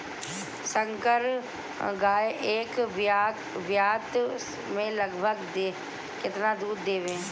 संकर गाय एक ब्यात में लगभग केतना दूध देले?